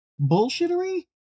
bullshittery